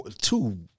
two